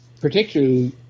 particularly